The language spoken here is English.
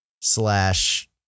slash